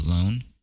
alone